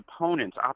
opponents